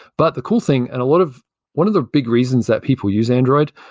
but the cool thing and a lot of one of the big reasons that people use android,